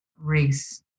race